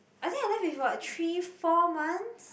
I think I left with what three four months